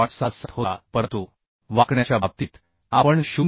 67 होता परंतु वाकण्याच्या बाबतीत आपण 0